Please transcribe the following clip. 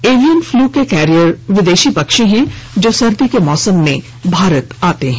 avian flu के carrier विदेशी पक्षी हैं जो सर्दी के मौसम में भारत आते हैं